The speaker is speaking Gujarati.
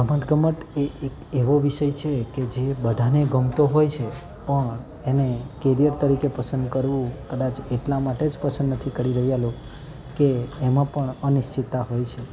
રમતગમત એ એક એવો વિષય છે કે જે બધાને ગમતો હોય છે પણ એને કેરિયર તરીકે પસંદ કરવું કદાચ એટલા માટે જ પસંદ નથી કરી રહ્યા લોકો કે એમાં પણ અનિશ્ચિતતા હોય છે